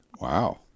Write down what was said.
Wow